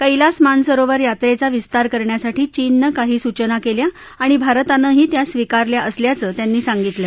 class Mansarovar यात्रेचा विस्तार करण्यासाठी चीननं काही सूचना केल्या आणि भारतानंही त्या स्वीकारल्या असल्याचं त्यांनी सांगितलं